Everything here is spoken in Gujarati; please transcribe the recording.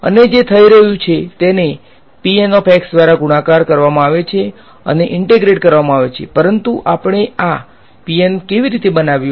અને જે થઈ રહ્યું છે તેને દ્વારા ગુણાકાર કરવામાં આવે છે અને ઈંટેગ્રેટ કરવામાં આવે છે પરંતુ આપણે આ કેવી રીતે બનાવ્યુ